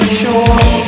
sure